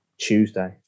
Tuesday